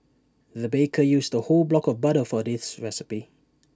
the baker used the whole block of butter for this recipe